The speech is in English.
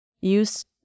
use